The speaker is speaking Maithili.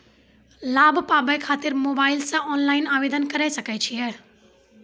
लाभ पाबय खातिर मोबाइल से ऑनलाइन आवेदन करें सकय छियै?